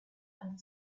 and